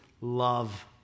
love